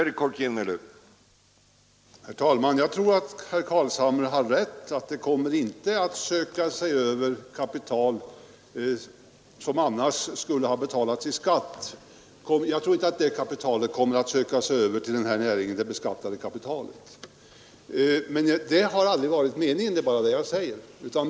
Herr talman! Jag tror att herr Carlshamre har rätt: Det beskattade kapitalet kommer inte att söka sig över till den här näringen. Men det har aldrig varit meningen att skatteflyktspengar skulle göra det heller, och det är bara det jag säger.